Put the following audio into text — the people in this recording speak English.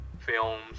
films